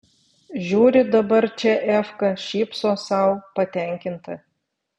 žiūri dabar čia efka šypsos sau patenkinta